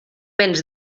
béns